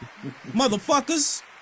Motherfuckers